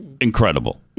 Incredible